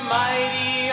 mighty